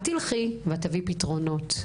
את תלכי ואת תביאי פתרונות.